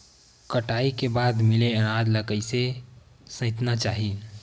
कटाई के बाद मिले अनाज ला कइसे संइतना चाही?